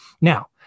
Now